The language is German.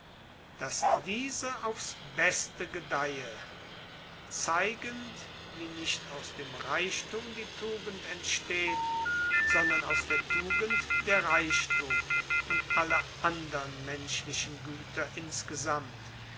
daß diese aufs beste gedeihe zeigend wie nicht aus dem reichtum die tugend entsteht sondern aus der tugend der reichtum und alle andern menschlichen güter insgesamt